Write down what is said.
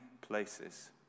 places